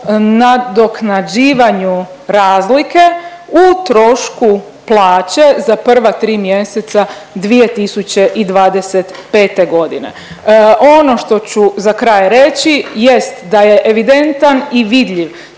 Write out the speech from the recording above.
nadoknađivanju razlike u trošku plaće za prva tri mjeseca 2025. g. Ono što ću za kraj reći, jest da je evidentan i vidljiv